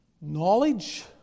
knowledge